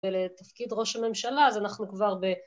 ולתפקיד ראש הממשלה אז אנחנו כבר ב...